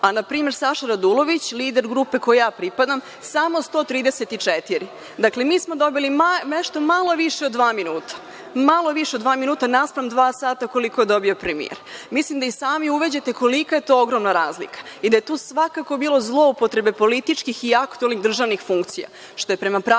a npr. Saša Radulović, lider grupe kojoj pripadam, samo 134. Dakle, mi smo dobili nešto malo više od dva minuta, malo više od dva minuta naspram dva sata koliko je dobio premijer. Mislim da i sami uviđate koliko je to ogromna razlika i da je tu svakako bilo zloupotrebe političkih i aktuelnih državnih funkcija, što je prema Pravilniku